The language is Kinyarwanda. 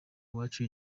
uwacu